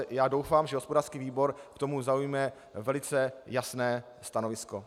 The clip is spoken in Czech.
A já doufám, že hospodářský výbor k tomu zaujme velice jasné stanovisko.